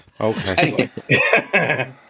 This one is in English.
Okay